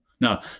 now